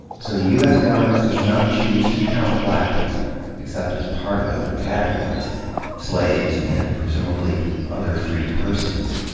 so, the u s. government does not choose to count black people, except as part of other categories slaves and, presumably, other free persons.